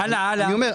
אני אומר,